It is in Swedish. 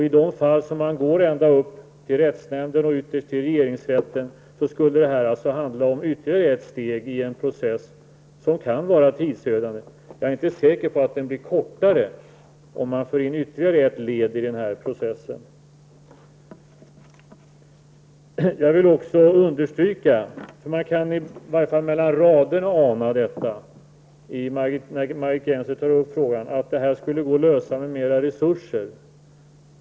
I de fall man går ända upp till rättsnämnden och ytterst regeringsrätten skulle det handla om ytterligare ett steg i en process som kan var tidsödande. Jag är inte säker på att den blir kortare om man får ytterligare ett led i processen. Man kan i varje fall mellan raderna läsa att Margit Gennser menar att man skulle kunna lösa det här med mer resurser.